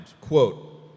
quote